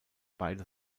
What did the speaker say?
beide